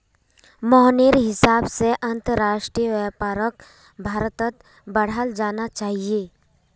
मोहनेर हिसाब से अंतरराष्ट्रीय व्यापारक भारत्त बढ़ाल जाना चाहिए